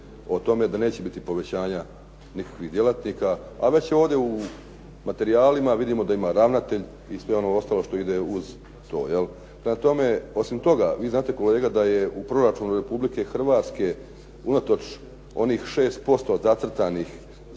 o tome da neće biti povećanja nikakvih djelatnika a već je ovdje u materijalima vidimo da ima ravnatelj i sve ono ostalo što ide uz to. Prema tome, osim toga vi znate kolega da je u proračunu Republike Hrvatske unatoč onih 6% zacrtanih